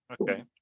Okay